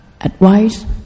advice